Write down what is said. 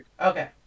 Okay